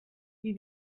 wie